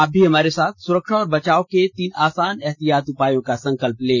आप भी हमारे साथ सुरक्षा और बचाव के तीन आसान एहतियाती उपायों का संकल्प लें